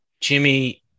Jimmy